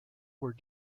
were